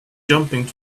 jumping